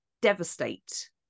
devastate